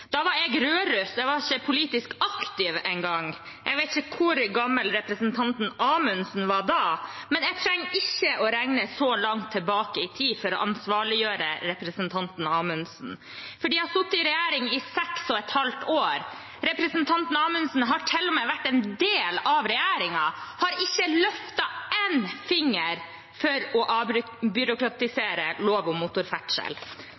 Da var jeg rødruss, og jeg var ikke politisk aktiv engang. Jeg vet ikke hvor gammel representanten Amundsen var da, men jeg trenger ikke å regne så langt tilbake i tid for å ansvarliggjøre representanten Amundsen. For de har sittet i regjering i seks og et halvt år. Representanten Amundsen har til og med vært en del av regjeringen, men har ikke løftet en finger for å